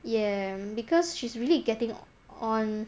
ya because she's really getting on